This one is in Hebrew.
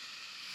נתקבלה.